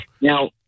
Now